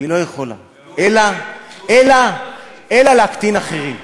היא לא יכולה אלא להקטין אחרים.